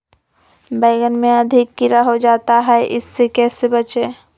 बैंगन में अधिक कीड़ा हो जाता हैं इससे कैसे बचे?